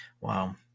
Wow